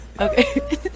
Okay